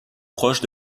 proche